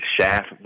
Shaft